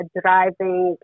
driving